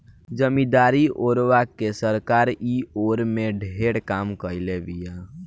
जमीदारी ओरवा के सरकार इ ओर में ढेरे काम कईले बिया